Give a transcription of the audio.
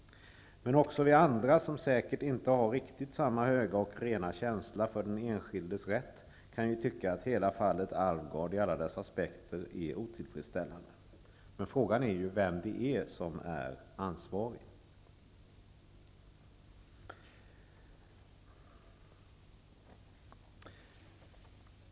Men även vi andra, som säkert inte har samma höga och rena känsla för den enskildes rätt, kan ju tycka att hela fallet Alvgard i alla dess aspekter är otillfredsställande. Men frågan är ju vem det är som är ansvarig.